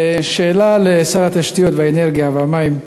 שאלה לשר התשתיות, האנרגיה והמים: